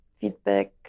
feedback